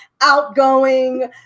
outgoing